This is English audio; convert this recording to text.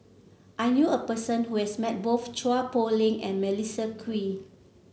I knew a person who has met both Chua Poh Leng and Melissa Kwee